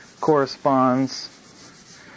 corresponds